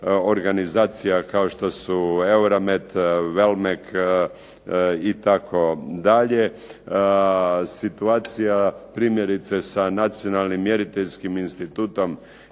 organizacija kao što su EUROMET, VELMEC, itd. Situacija primjerice sa Nacionalnim mjeriteljskim institutom